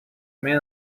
man